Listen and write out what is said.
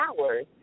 hours